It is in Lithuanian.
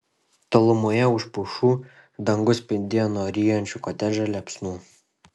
tolumoje už pušų dangus spindėjo nuo ryjančių kotedžą liepsnų